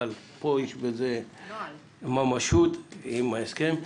אבל פה יש ממשות עם ההסכם.